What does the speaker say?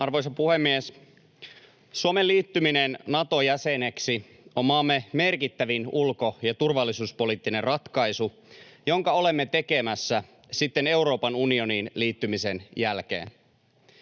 Arvoisa puhemies! Suomen liittyminen Nato-jäseneksi on maamme merkittävin ulko- ja turvallisuuspoliittinen ratkaisu, jonka olemme tekemässä sitten Euroopan unioniin liittymisen jälkeen.